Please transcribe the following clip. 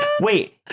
Wait